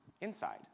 inside